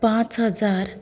पांच हजार